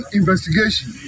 investigation